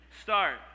start